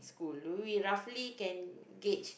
school do we roughly can catch